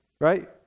right